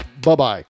Bye-bye